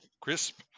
crisp